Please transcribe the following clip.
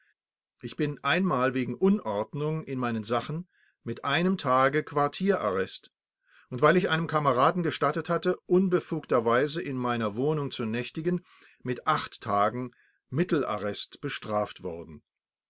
ich bin einmal wegen unordnung in meinen sachen mit einem tage quartierarrest und weil ich einem kameraden gestattet hatte unbefugterweise in meiner wohnung zu nächtigen mit acht tagen mittelarrest bestraft worden